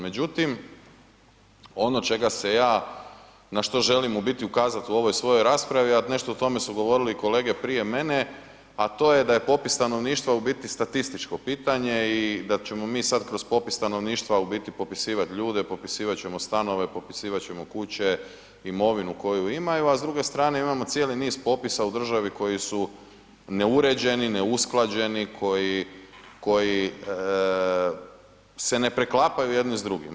Međutim, ono čega se ja, na što želim u biti ukazati u ovoj svojoj raspravi, a nešto o tome su govorili i kolege prije mene a to je da je popis stanovništva u biti statističko pitanje i da ćemo mi sad kroz popis stanovništva u biti popisivat ljude, popisivat ćemo stanove, popisivat ćemo kuće, imovinu koju imaju a s druge strane imamo cijeli niz popisa u državi koji su neuređeni, neusklađeni, koji se ne preklapaju jedni s drugima.